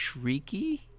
Shrieky